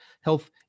health